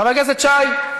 חבר הכנסת שי,